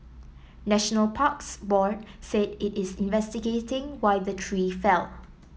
National Parks Board said it is investigating why the tree fell